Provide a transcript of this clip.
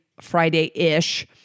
Friday-ish